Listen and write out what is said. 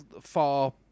far